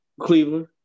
Cleveland